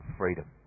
freedom